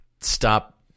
stop